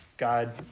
God